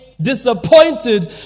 disappointed